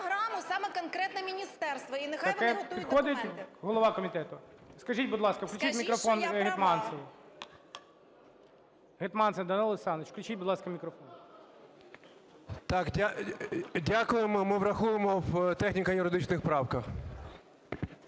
Так, дякуємо. Ми враховуємо в техніко-юридичних правках.